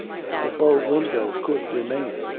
the bow-window could remain.